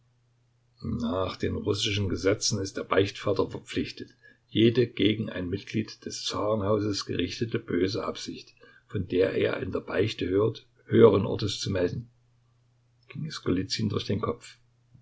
nach den russischen gesetzen ist der beichtvater verpflichtet jede gegen ein mitglied des zarenhauses gerichtete böse absicht von der er in der beichte hört höheren ortes zu melden ging es golizyn durch den kopf